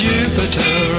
Jupiter